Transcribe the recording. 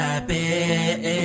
Happy